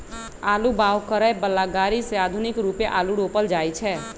आलू बाओ करय बला ग़रि से आधुनिक रुपे आलू रोपल जाइ छै